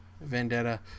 Vendetta